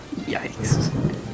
Yikes